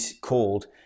called